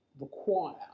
require